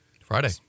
Friday